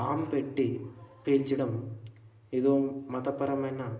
bomb పెట్టి పేల్చడం ఏదో మతపరమైన